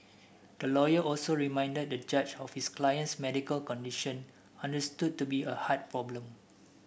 the lawyer also reminded the judge of his client's medical condition understood to be a heart problem